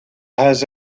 has